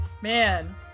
man